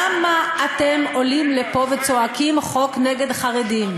למה אתם עולים לפה וצועקים: "חוק נגד החרדים"?